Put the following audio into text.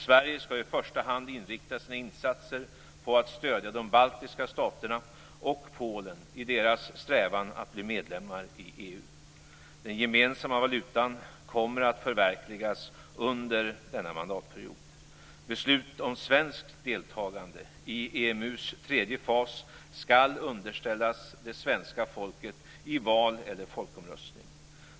Sverige skall i första hand inrikta sina insatser på att stödja de baltiska staterna och Polen i deras strävan att bli medlemmar i EU. Den gemensamma valutan kommer att förverkligas under denna mandatperiod. Beslut om svenskt deltagande i EMU:s tredje fas skall underställas det svenska folket i val eller i folkomröstning.